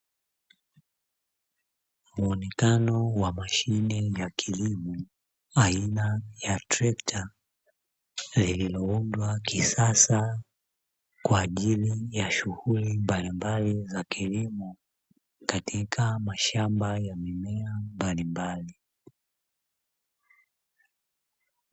Muonekano wa mashine ya kilimo aina ya trekta, lililoundwa kisasa kwaajili ya shughuli mbalimbali za kilimo, katika mashamba ya mimea mbalimbali.